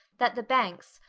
that the banks,